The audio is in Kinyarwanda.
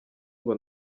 ngo